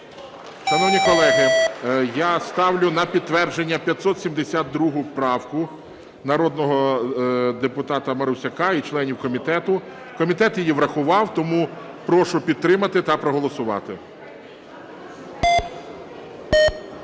Шановні колеги, я ставлю на підтвердження 572 правку народного депутата Марусяка і членів комітету. Комітет її врахував, тому прошу підтримати та проголосувати. 14:57:54